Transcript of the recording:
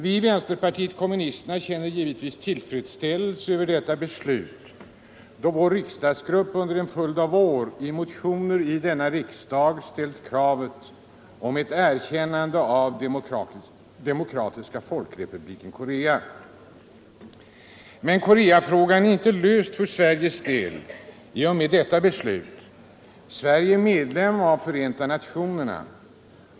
Vi i vänsterpartiet kommunisterna känner givetvis tillfredsställelse över detta beslut, då vår riksdagsgrupp under en följd av år i motioner i denna riksdag ställt kravet om ett erkännande av Demokratiska folk Nr 141 republiken Korea. Onsdagen den Men Koreafrågan är inte löst för Sveriges del i och med detta beslut. — 11 december 1974 Sverige är medlem av Förenta nationerna.